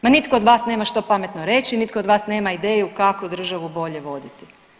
Ma nitko od vas nema što pametno reći, nitko od vas nema ideju kako državu bolje voditi.